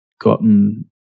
gotten